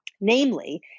Namely